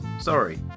sorry